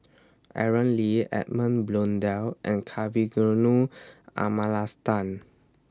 Aaron Lee Edmund Blundell and Kavignareru Amallathasan